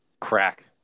crack